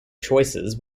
choices